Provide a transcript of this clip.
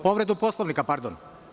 Povredu Poslovnika, pardon.